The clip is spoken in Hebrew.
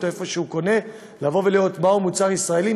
או איפה שהוא קונה לראות מהו מוצר ישראלי,